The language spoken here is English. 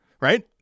Right